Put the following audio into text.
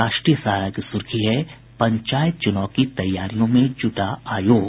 राष्ट्रीय सहारा की सुर्खी है पंचायत चुनाव की तैयारियों में जुटा आयोग